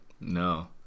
No